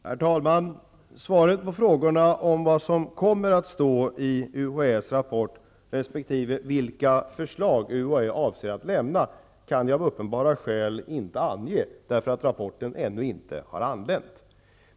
Herr talman! Svaret på frågorna om vad som kommer att stå i UHÄ:s rapport resp. vilka förslag UHÄ avser att lämna kan jag av uppenbara skäl inte ange, eftersom rapporten ännu inte har anlänt.